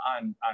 on